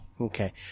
Okay